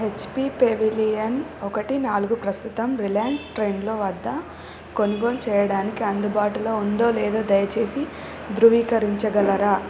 HP pavilion ఒకటి నాలుగు ప్రస్తుతం రిలయన్స్ ట్రెండ్లు వద్ద కొనుగోలు చేయడానికి అందుబాటులో ఉందో లేదో దయచేసి ధృవీకరించగలరా